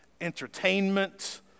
entertainment